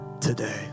today